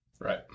Right